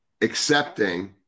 accepting